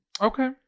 Okay